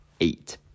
eight